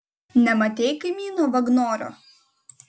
nematei kaimyno vagnorio